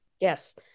Yes